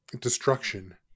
destruction